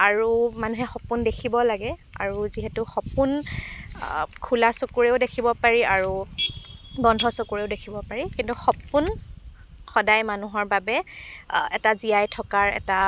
আৰু মানুহে সপোন দেখিব লাগে আৰু যিহেতু সপোন খোলা চকুৰেও দেখিব পাৰি আৰু বন্ধ চকুৰেও দেখিব পাৰি কিন্তু সপোন সদায় মানুহৰ বাবে এটা জীয়াই থকাৰ এটা